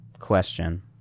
question